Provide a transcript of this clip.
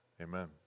Amen